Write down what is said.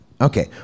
Okay